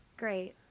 Great